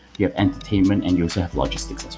you have entertainment and you also have logistics as